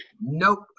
Nope